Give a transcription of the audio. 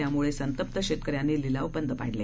त्यामुळे संतप्त शेतकऱ्यांनी लिलाव बंद पाडले